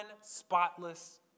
spotless